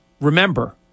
Remember